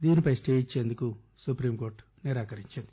దీనిపై స్టే ఇచ్చేందుకు సుప్రీంకోర్టు నిరాకరించింది